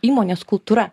įmonės kultūra